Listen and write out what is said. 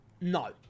No